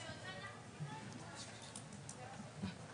שיש קרוב למיליארד שקל.